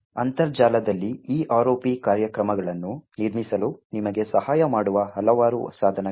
ಅಂತರ್ಜಾಲದಲ್ಲಿ ಈ ROP ಕಾರ್ಯಕ್ರಮಗಳನ್ನು ನಿರ್ಮಿಸಲು ನಿಮಗೆ ಸಹಾಯ ಮಾಡುವ ಹಲವಾರು ಸಾಧನಗಳಿವೆ